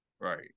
Right